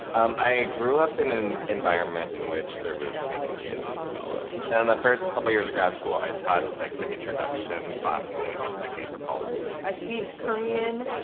i grew up in an environment in which there was cantonese and tagalog. and the first couple of years of grad school i taught like the introduction class to linguistic anthropology. i speak korean,